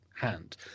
hand